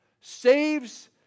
saves